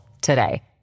today